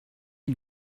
you